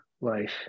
life